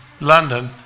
London